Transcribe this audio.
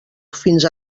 fins